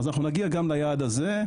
אנחנו גם נגיע ליעד הזה,